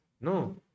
No